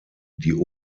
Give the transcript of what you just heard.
die